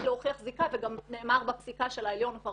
אמא לא נדרשת להוכיח זיקה וכבר נאמר בפסיקה של העליון כבר